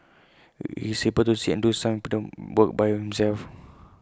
he's able to sit and do some work by himself